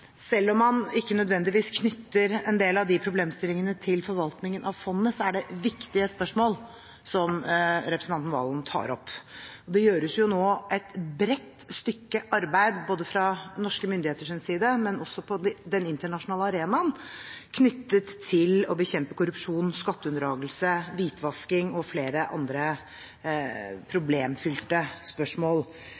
selv om man ikke nødvendigvis knytter en del av de problemstillingene til forvaltningen av fondet, er det viktige spørsmål som representanten Serigstad Valen tar opp. Det gjøres nå et bredt stykke arbeid fra norske myndigheters side så vel som på den internasjonale arenaen knyttet til å bekjempe korrupsjon, skatteunndragelse, hvitvasking og flere andre problemfylte spørsmål.